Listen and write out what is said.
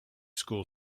school